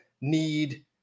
need